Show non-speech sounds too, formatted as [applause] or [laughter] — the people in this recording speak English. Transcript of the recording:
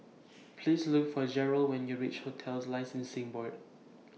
[noise] Please Look For Jerrell when YOU REACH hotels Licensing Board [noise]